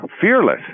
fearless